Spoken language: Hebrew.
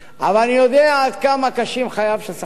אני יודע כמה קשים חייו של שחקן,